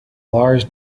lars